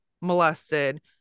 molested